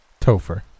Topher